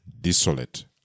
desolate